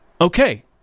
okay